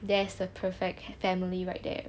there's the perfect family right there